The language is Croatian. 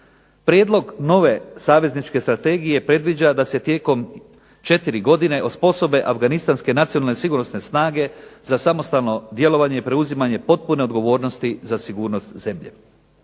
Prijedlog nove savezničke strategije predviđa da se tijekom 4 godine osposobe afganistanske nacionalne sigurnosne snage za samostalno djelovanje i preuzimanje potpune odgovornosti za sigurnost zemlje.